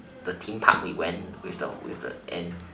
the theme park we went with the with the and